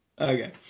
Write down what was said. Okay